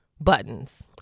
buttons